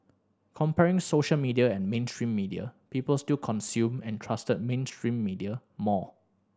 comparing social media and mainstream media people still consumed and trusted mainstream media more